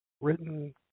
written